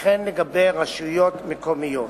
וכן לגבי רשויות מקומיות.